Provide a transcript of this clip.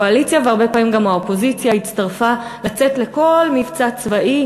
קואליציה והרבה פעמים גם האופוזיציה הצטרפה לצאת לכל מבצע צבאי,